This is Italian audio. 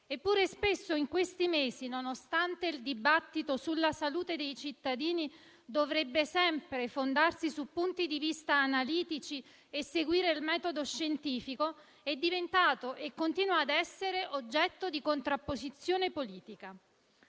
Eppure, spesso in questi mesi, nonostante il dibattito sulla salute dei cittadini dovrebbe sempre fondarsi su punti di vista analitici e seguire il metodo scientifico, è diventato e continua ad essere oggetto di contrapposizione politica.